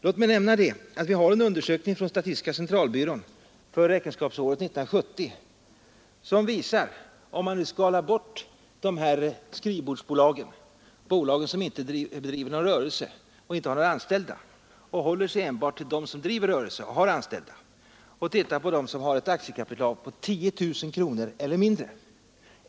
Låt mig nämna att statistiska centralbyrån gjort en undersökning för räkenskapsåret 1970, där man skalat bort skrivbordsbolagen — alltså bolag som inte bedriver någon rörelse och inte har några anställda — och hållit sig enbart till dem som driver rörelse och har anställda samt har ett aktiekapital på 10000 kronor eller mindre.